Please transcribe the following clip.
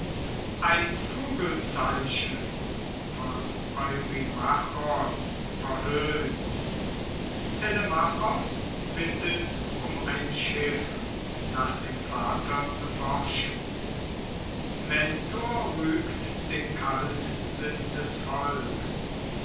verweigert's vogelzeichen von eurymachos verhöhnt telemachos bittet um ein schiff nach dem vater zu forschen mentor rügt den kaltsinn des volks